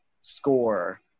score